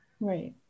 Right